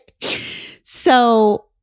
So-